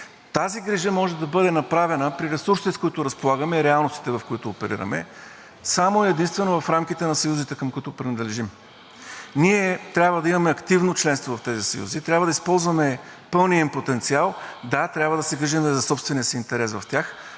Тази грижа може да бъде направена при ресурсите, с които разполагаме, и реалностите, в които оперираме, само и единствено в рамките на съюзите, към които принадлежим. Ние трябва да имаме активно членство в тези съюзи, трябва да използваме пълния им потенциал. Да, трябва да се грижим за собствения си интерес в тях,